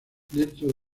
dentro